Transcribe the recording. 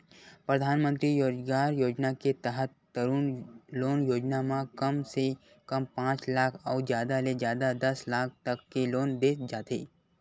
परधानमंतरी रोजगार योजना के तहत तरून लोन योजना म कम से कम पांच लाख अउ जादा ले जादा दस लाख तक के लोन दे जाथे